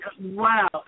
wow